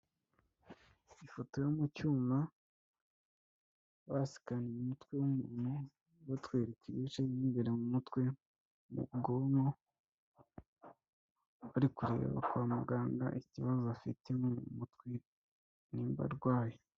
Ifoto yo mu cyuma basikannye umutwe w'umuntu batwereka ibice by'imbere mu mutwe nko mu bwonko, bari kureba kwa muganga ikibazo afite mu mutwe nimba arwaye.